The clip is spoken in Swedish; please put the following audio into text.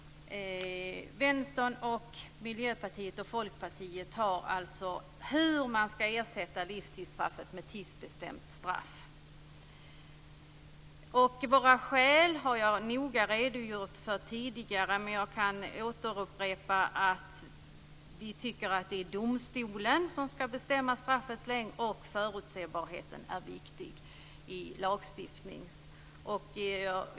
Vänstern, Miljöpartiet och Folkpartiet berör alltså hur man ska ersätta livstidsstraffet med ett tidsbestämt straff. Våra skäl har jag noga redogjort för tidigare, men jag kan upprepa att vi tycker att det är domstolen som ska bestämma straffets längd, och förutsebarheten är viktig i lagstiftningen.